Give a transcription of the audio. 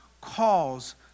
calls